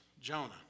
Jonah